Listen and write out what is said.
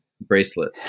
bracelet